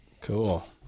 Cool